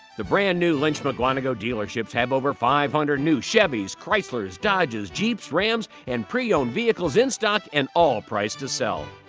the brand new lynch muckwonago dealerships have over five hundred new chevys, chyslers, dodges, jeeps, rams, and pre-owned vehicles in stock and all priced to sell.